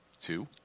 two